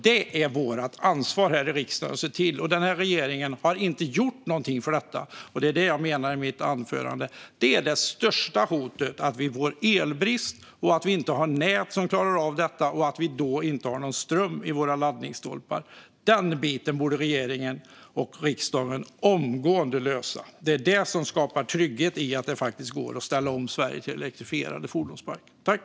Det är vårt ansvar här i riksdagen att se till det. Den här regeringen har inte gjort någonting för detta. Som jag sa i mitt huvudanförande är det detta jag ser som det största hotet: att vi får elbrist, att vi inte har nät som klarar av detta och att vi då inte får någon ström i våra laddstolpar. Den biten borde regeringen och riksdagen omgående lösa. Det är då det skapas trygghet i att det går att ställa om Sverige till en elektrifierad fordonspark.